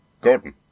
Gordon